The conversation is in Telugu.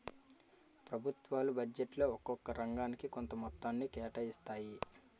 ప్రభుత్వాలు బడ్జెట్లో ఒక్కొక్క రంగానికి కొంత మొత్తాన్ని కేటాయిస్తాయి